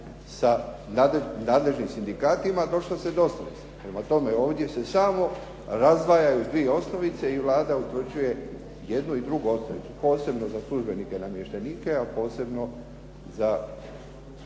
sa nadležnim sindikatima došlo se do osnovice. Prema tome, ovdje se samo razdvajaju dvije osnovice i Vlada utvrđuje jednu i drugu osnovicu, posebno za službenike, namještenike, a posebno za suce.